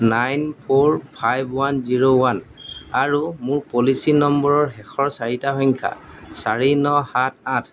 nine four five one zero one আৰু মোৰ policy নম্বৰৰ শেষৰ চাৰিটা সংখ্যা চাৰি ন সাত আঠ